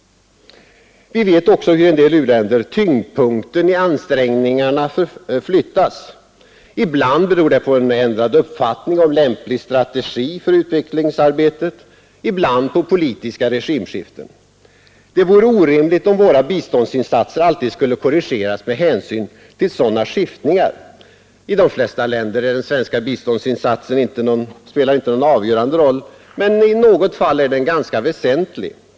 Vi vet också hur i en del u-länder tyngdpunkten i ansträngningarna flyttas. Ibland beror det på en ändrad uppfattning om lämplig strategi för utvecklingsarbetet, ibland på politiska regimskiften. Det vore orimligt om våra biståndsinsatser alltid skulle korrigeras med hänsyn till sådana skiftningar. I de flesta länder spelar den svenska biståndsinsatsen inte någon avgörande roll, men i något fall är den ganska väsentlig.